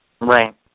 Right